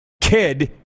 kid